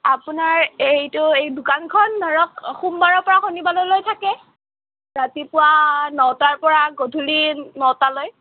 আপোনাৰ এইটো এই দোকানখন ধৰক সোমবাৰৰ পৰা শনিবাৰলৈ থাকে ৰাতিপুৱা নটাৰ পৰা গধূলি নটালৈ